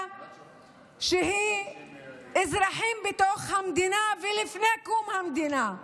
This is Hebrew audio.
של אזרחים בתוך המדינה ולפני קום המדינה,